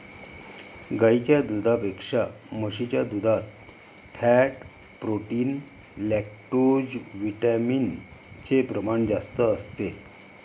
गाईच्या दुधापेक्षा म्हशीच्या दुधात फॅट, प्रोटीन, लैक्टोजविटामिन चे प्रमाण जास्त असते